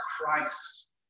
Christ